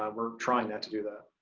ah we're trying not to do that.